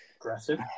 aggressive